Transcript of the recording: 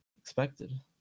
expected